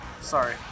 Sorry